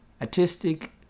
artistic